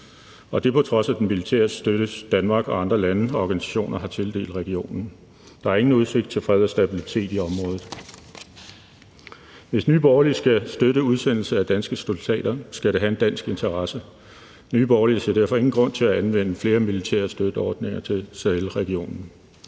og det er på trods af den militære støtte, som Danmark og andre lande og organisationer har tildelt regionen. Der er ingen udsigt til fred og stabilitet i området. Hvis Nye Borgerlige skal støtte udsendelse af danske soldater, skal det være i dansk interesse. Nye Borgerlige ser derfor ingen grund til at anvende flere militære støtteordninger i Sahelregionen.